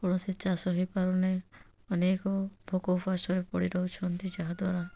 କୌଣସି ଚାଷ ହୋଇପାରୁ ନାହିଁ ଅନେକ ଭୋକ ଉପାସରେ ପଡ଼ି ରହୁଛନ୍ତି ଯାହା ଦ୍ୱାରା